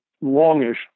longish